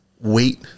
wait